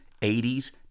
80s